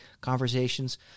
conversations